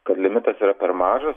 kad limitas yra per mažas